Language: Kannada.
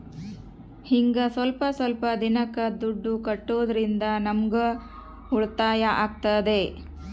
ಹಿಂಗ ಸ್ವಲ್ಪ ಸ್ವಲ್ಪ ದಿನಕ್ಕ ದುಡ್ಡು ಕಟ್ಟೋದ್ರಿಂದ ನಮ್ಗೂ ಉಳಿತಾಯ ಆಗ್ತದೆ